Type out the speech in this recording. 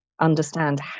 Understand